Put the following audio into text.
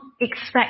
expect